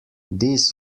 this